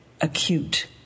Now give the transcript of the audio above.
acute